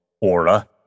aura